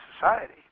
society